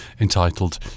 entitled